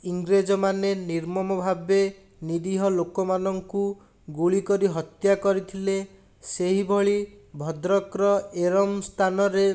ଇଂରେଜମାନେ ନିର୍ମମ ଭାବେ ନିରୀହ ଲୋକମାନଙ୍କୁ ଗୁଳିକରି ହତ୍ୟା କରିଥିଲେ ସେହିଭଳି ଭଦ୍ରକର ଏରମ୍ ସ୍ଥାନରେ